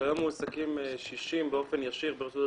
כיום מועסקים 60 באופן ישיר ברשות שדות